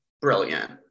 brilliant